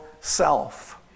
self